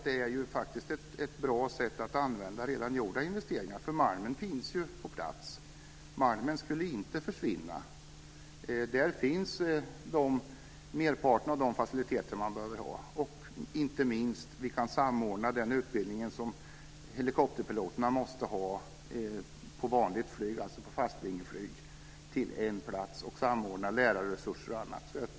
Det är faktiskt ett bra sätt att förvalta redan gjorda investeringar. Malmen finns ju. Malmen skulle inte försvinna. Där finns merparten av de faciliteter man behöver. Inte minst viktigt är att vi kan samordna den utbildning som helikopterpiloterna behöver när det gäller fastvingeflyg till en plats. Vi samordnar lärarresurser, t.ex.